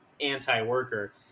anti-worker